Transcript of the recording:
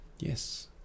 Yes